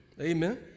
amen